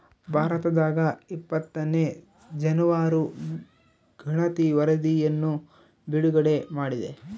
ಭಾರತದಾಗಇಪ್ಪತ್ತನೇ ಜಾನುವಾರು ಗಣತಿ ವರಧಿಯನ್ನು ಬಿಡುಗಡೆ ಮಾಡಿದೆ